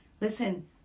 Listen